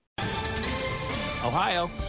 Ohio